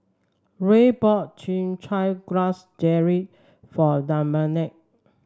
Rey bought Chin Chow Grass Jelly for Dominick